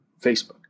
Facebook